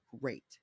Great